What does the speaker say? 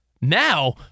Now